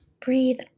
breathe